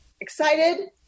excited